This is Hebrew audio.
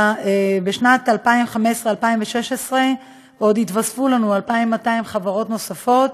בשנת 2016-2015 עוד התווספו לנו 2,200 חברות נוספות,